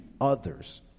others